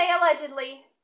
allegedly